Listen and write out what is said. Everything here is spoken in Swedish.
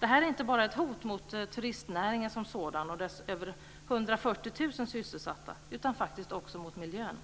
Det här är inte bara ett hot mot turistnäringen som sådan och dess över 140 000 sysselsatta utan faktiskt också mot miljön.